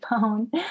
phone